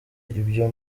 ibyo